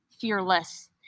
fearless